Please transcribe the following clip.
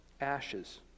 ashes